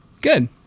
Good